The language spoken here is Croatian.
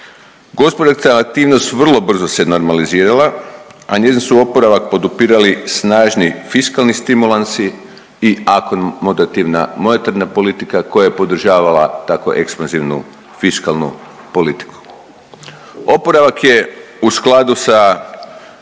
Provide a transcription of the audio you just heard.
Gospodarska aktivnost vrlo brzo se normalizirala, a njezin su oporavak podupirali snažni fiskalni stimulansi i akomodativna monetarna politika koja je podržavala tako ekspanzivnu fiskalnu politiku. Oporavak je u skladu sa